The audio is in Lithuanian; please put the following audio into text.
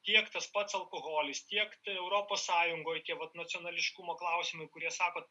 tiek tas pats alkoholis tiek europos sąjungoj tie vat nacionališkumo klausimai kurie sakot